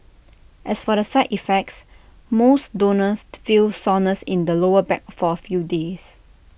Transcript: as for the side effects most donors feel soreness in the lower back for A few days